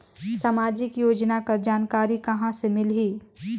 समाजिक योजना कर जानकारी कहाँ से मिलही?